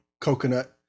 coconut